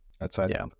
outside